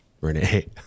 Renee